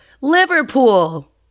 Liverpool